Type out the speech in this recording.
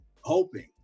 hoping